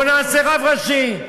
בואו נעשה רב ראשי.